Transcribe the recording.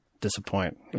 disappoint